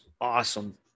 awesome